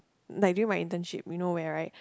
like during my internship you know where right